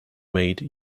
made